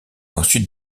ensuite